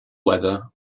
weather